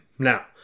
Now